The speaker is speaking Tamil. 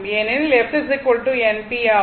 ஏனெனில் f n p ஆகும்